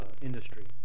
industry